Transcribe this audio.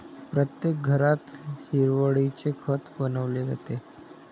प्रत्येक घरात हिरवळीचे खत बनवले जाते